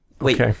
Wait